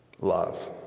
love